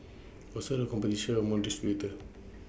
also the competition among distributors